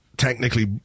technically